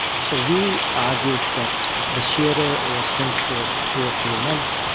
so we argued that the shearer was sent for two or three months,